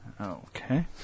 Okay